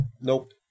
Nope